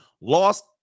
lost